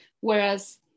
Whereas